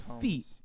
feet